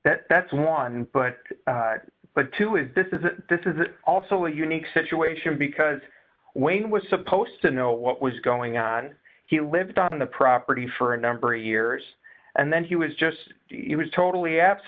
that that's one but but to is this is a this is also a unique situation because wayne was supposed to know what was going on he lived on the property for a number of years and then he was just totally a